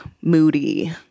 moody